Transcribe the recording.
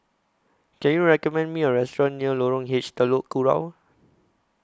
Can YOU recommend Me A Restaurant near Lorong H Telok Kurau